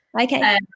Okay